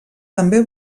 també